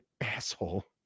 asshole